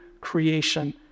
creation